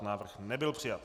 Návrh nebyl přijat.